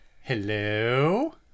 Hello